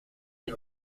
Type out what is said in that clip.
qui